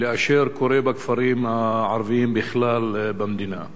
לאשר קורה בכפרים הערביים בכלל במדינה.